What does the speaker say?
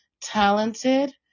talented